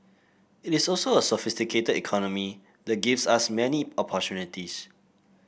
it is also a sophisticated economy that gives us many opportunities